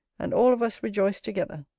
and all of us rejoice together.